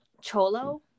Cholo